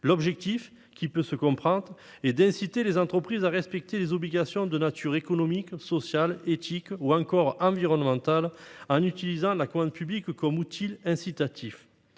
approche, qui peut se comprendre, est d'inciter les entreprises à respecter des obligations de nature économique, sociale, éthique, ou encore environnementale, en utilisant la commande publique comme outil incitatif.